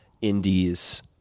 Indies